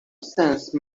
sense